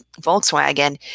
Volkswagen